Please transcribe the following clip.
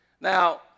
Now